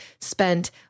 spent